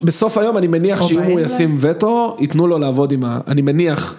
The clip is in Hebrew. בסוף היום אני מניח שאם הוא ישים וטו, ייתנו לו לעבוד עם ה... אני מניח.